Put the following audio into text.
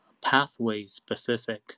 pathway-specific